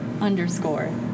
underscore